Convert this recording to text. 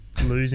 Losing